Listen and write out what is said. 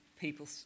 people